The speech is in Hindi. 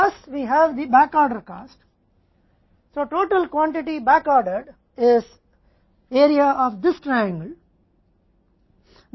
इसके अलावा हमारे पास बैक ऑर्डर कॉस्ट है रिफर स्लाइड टाइम 0009